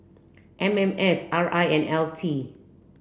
M M S R I and L T